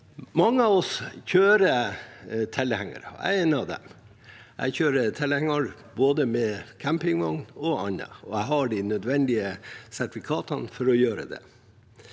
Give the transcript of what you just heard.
Mange av oss kjører tilhenger. Jeg er en av dem. Jeg kjører tilhenger både med campingvogn og annet, og jeg har de nødvendige sertifikatene for å gjøre det.